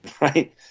Right